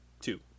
two